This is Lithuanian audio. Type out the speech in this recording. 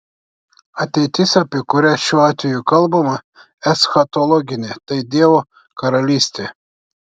ateitis apie kurią šiuo atveju kalbama eschatologinė tai dievo karalystė